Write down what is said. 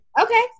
Okay